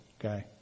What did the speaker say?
okay